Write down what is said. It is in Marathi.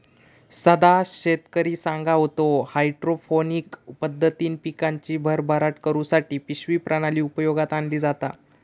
सदा शेतकरी सांगा होतो, हायड्रोपोनिक पद्धतीन पिकांची भरभराट करुसाठी पिशवी प्रणाली उपयोगात आणली जाता